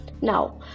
Now